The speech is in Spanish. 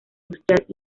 industrial